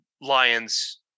lion's